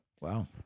Wow